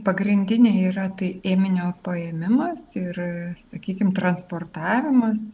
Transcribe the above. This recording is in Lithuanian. pagrindinė yra tai ėminio paėmimas ir sakykim transportavimas